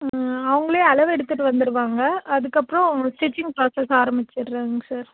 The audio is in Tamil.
அவங்களே அளவு எடுத்துகிட்டு வந்துடுவாங்க அதுக்கப்புறம் ஸ்டிச்சிங் ப்ராசஸ் ஆரமிச்சுட்றேங்க சார்